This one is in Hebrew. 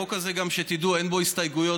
תדעו שהחוק הזה, אין בו הסתייגויות.